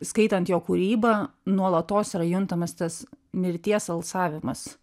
skaitant jo kūrybą nuolatos yra juntamas tas mirties alsavimas